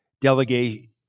delegate